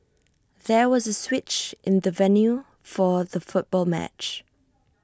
there was A switch in the venue for the football match